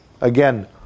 again